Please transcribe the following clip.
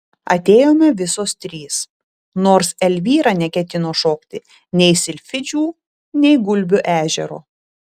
atėjome visos trys nors elvyra neketino šokti nei silfidžių nei gulbių ežero